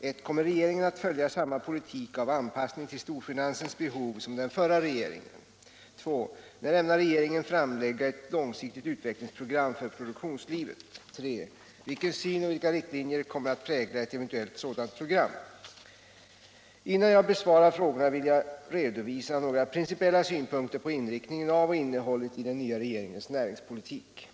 1. Kommer regeringen att följa samma politik av anpassning till storfinansens behov som den förra regeringen? 2. När ämnar regeringen framlägga ett långsiktigt utvecklingsprogram för produktionslivet? 3. Vilken syn och vilka riktlinjer kommer att prägla ett eventuellt sådant program? Innan jag besvarar frågorna vill jag redovisa några principiella synpunkter på inriktningen av och innehållet i den nya regeringens näringspolitik.